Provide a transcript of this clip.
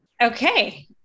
Okay